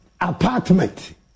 apartment